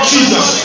Jesus